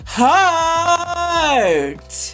heart